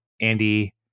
Andy